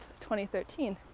2013